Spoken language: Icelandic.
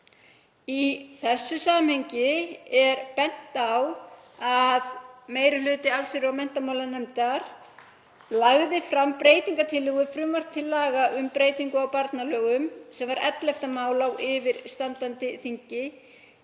Í þessu samhengi er bent á að meiri hluti allsherjar- og menntamálanefndar lagði fram breytingartillögu við frumvarp til laga um breytingu á barnalögum, sem var 11. mál á yfirstandandi þingi,